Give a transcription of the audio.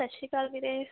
ਸਤਿ ਸ਼੍ਰੀ ਅਕਾਲ ਵੀਰੇ